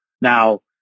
now